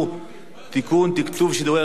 תקצוב שידורי רשת מורשת).